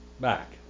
back